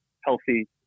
healthy